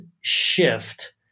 shift